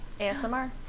ASMR